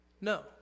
No